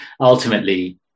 ultimately